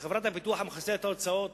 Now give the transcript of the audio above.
כשחברת הביטוח מכסה את ההוצאות